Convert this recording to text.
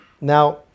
Now